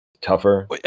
tougher